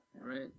right